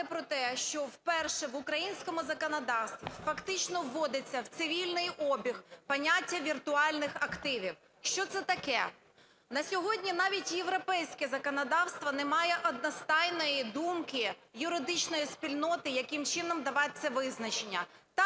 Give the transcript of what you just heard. про те, що вперше в українському законодавстві фактично вводиться в цивільний обіг поняття "віртуальних активів". Що це таке? На сьогодні навіть європейське законодавство не має одностайної думки юридичної спільноти, яким чином давати це визначення. Так,